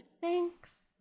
Thanks